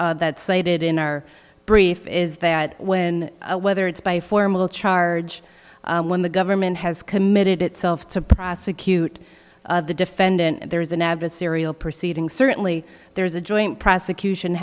law that cited in our brief is that when whether it's by formal charge when the government has committed itself to prosecute the defendant there is an adversarial proceeding certainly there's a joint prosecution